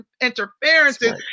interferences